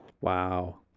Wow